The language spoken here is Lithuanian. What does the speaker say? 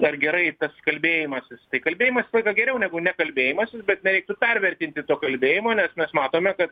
ar gerai tas kalbėjimasis tai kalbėjimas padeda geriau negu nekalbėjimasis bet nereiktų pervertinti to kalbėjimo nes mes matome kad